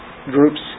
Groups